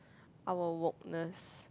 our woke ness